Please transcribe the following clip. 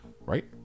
Right